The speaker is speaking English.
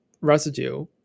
residue